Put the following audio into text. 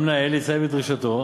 המנהל יציין בדרישתו